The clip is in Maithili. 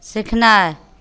सिखनाय